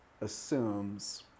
assumes